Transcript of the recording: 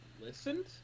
listened